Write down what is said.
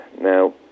Now